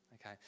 okay